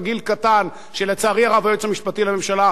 שלצערי הרב היועץ המשפטי לממשלה נתן לו יד,